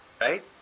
right